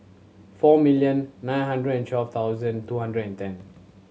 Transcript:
four million nine hundred and twelve thousand two hundred and ten